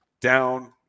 down